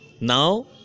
now